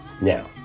Now